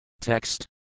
Text